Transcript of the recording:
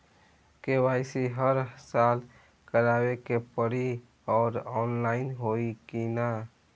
KYC हर साल करवावे के पड़ी और ऑनलाइन होई की ना?